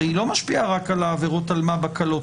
היא הרי לא משפיעה רק על עבירות אלמ"ב הקלות.